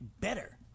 better